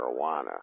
marijuana